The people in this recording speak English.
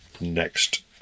next